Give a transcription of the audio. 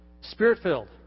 Spirit-filled